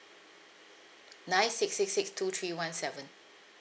nine six six six two three one seven